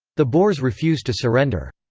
the boers refused to surrender.